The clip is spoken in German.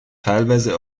teilweise